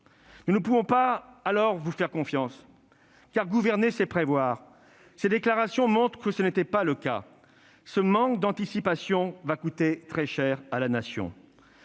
Nous ne pouvons pas vous faire confiance, car gouverner c'est prévoir. Ces déclarations montrent que ce n'était pas le cas. Ce manque d'anticipation va coûter très cher à la Nation.